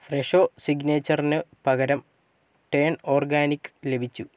ഫ്രെഷോ സിഗ്നേച്ചറിന് പകരം turn organic ലഭിച്ചു